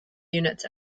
units